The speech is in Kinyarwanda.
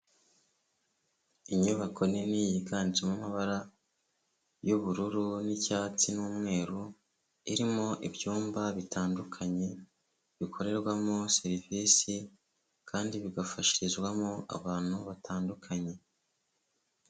Inyubako nini yiganjemo amabara y'ubururu n'icyatsi n'umweru irimo ibyumba bitandukanye bikorerwamo serivisi kandi bigafashirizwamo abantu batandukanye.